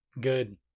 good